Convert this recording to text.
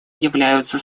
являются